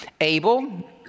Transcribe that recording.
Abel